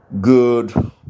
Good